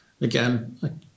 Again